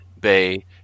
Bay